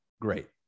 great